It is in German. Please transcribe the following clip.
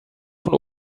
von